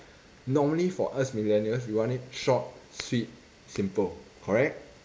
normally for us millennials we want it short sweet simple correct